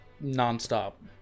non-stop